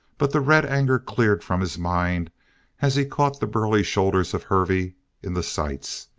but the red anger cleared from his mind as he caught the burly shoulders of hervey in the sights.